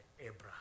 Abraham